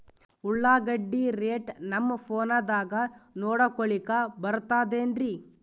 ಉಳ್ಳಾಗಡ್ಡಿ ರೇಟ್ ನಮ್ ಫೋನದಾಗ ನೋಡಕೊಲಿಕ ಬರತದೆನ್ರಿ?